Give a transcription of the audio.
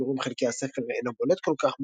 שברוב חלקי הספר אינו בולט כל כך,